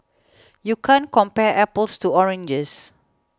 you can't compare apples to oranges